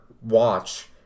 watch